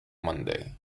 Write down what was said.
monday